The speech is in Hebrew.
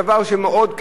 דבר שהוא מאוד,